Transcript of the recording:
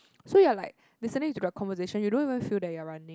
so you're like listening to the conversation you don't even feel that you're running